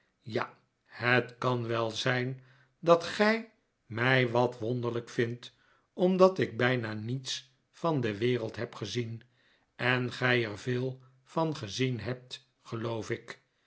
ja het kan wel zijn dat gij mij wat wonderlijk vindt omdat ik bijna niets van de wereld heb gezien en gij er veel van gezien hebt geloof ik